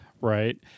Right